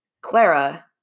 Clara